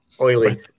Oily